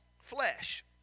flesh